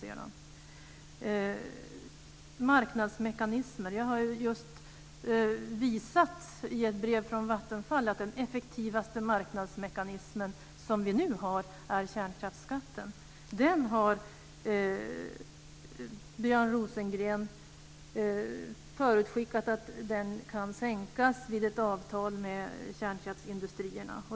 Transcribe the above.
Vad gäller marknadsmekanismer har det i ett brev från Vattenfall visats att den effektivaste marknadsmekanism som vi nu har är kärnkraftsskatten. Björn Rosengren har förutskickat att den kan sänkas vid ett avtal med kärnkraftsindustrierna.